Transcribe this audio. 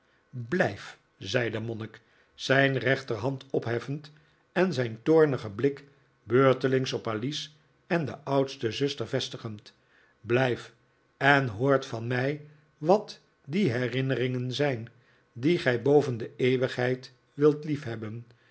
blijft zei de monnik zijn rechterhand opheffend en zijn toornigen blik beurtelings op alice en de oudste zuster vestigend blijft en hoort van mij wat die herinneringen zijn die gij boven de eeuwigheid wilt